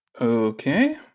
Okay